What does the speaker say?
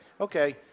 okay